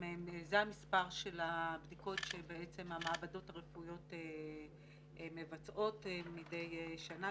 זה המספר של הבדיקות שבעצם המעבדות הרפואיות מבצעות מדי שנה.